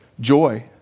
joy